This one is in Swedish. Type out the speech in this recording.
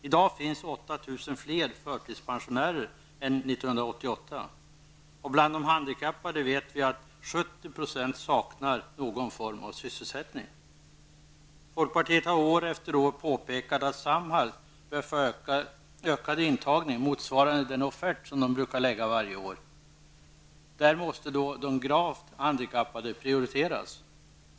I dag finns 8 000 fler förtidspensionärer än 1988. Bland de handikappade vet vi att 70 % saknar någon form av sysselsättning. Folkpartiet har år efter år påpekat att Samhall bör få öka intagningen motsvarande den offert som de brukar lämna in varje år. Där måste de gravt handikappade prioriteras.